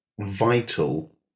vital